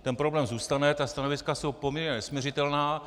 Ten problém zůstane, ta stanoviska jsou poměrně nesmiřitelná.